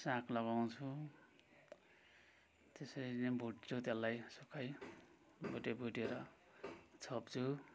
साग लगाउँछु त्यसरी नै भुट्छु त्यसलाई सुक्खै भुट्यो भुट्यो र छोप्छु